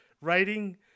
writing